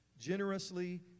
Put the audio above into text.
generously